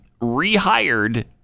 rehired